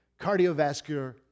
cardiovascular